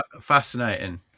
Fascinating